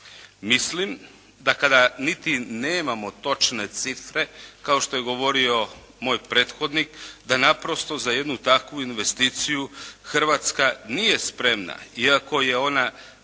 Mislim da kada niti nemamo točne cifre kao što je govorio moj prethodnik, da naprosto za jednu takvu investiciju Hrvatska nije spremna, iako je ona